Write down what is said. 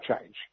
change